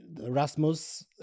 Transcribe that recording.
Rasmus